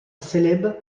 célèbes